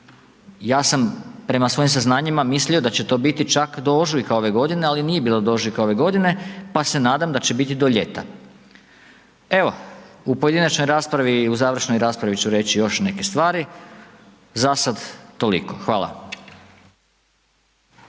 ja sam prema svojim saznanjima mislio da će to biti čak do ožujka ove godine ali nije bilo do ožujka ove godine pa se nadam da će biti do ljeta. Evo u pojedinačnoj, u završnoj raspravi ću reći još neke stvari, zasad toliko, hvala.